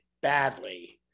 badly